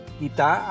kita